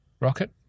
Rocket